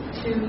Two